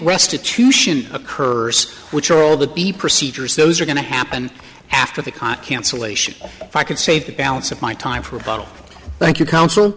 restitution occurs which all the the procedures those are going to happen after the cancellation if i could save the balance of my time for a bottle thank you coun